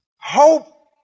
Hope